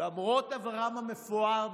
למרות עברם המפואר,